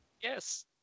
Yes